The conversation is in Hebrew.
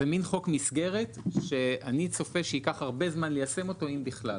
זה מין חוק מסגרת שאני צופה שייקח הרבה זמן ליישם אותו אם בכלל.